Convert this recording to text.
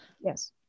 Yes